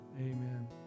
Amen